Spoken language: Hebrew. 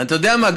אתה יודע מה?